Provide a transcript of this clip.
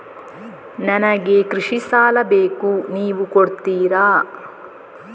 ನನಗೆ ಕೃಷಿ ಸಾಲ ಬೇಕು ನೀವು ಕೊಡ್ತೀರಾ?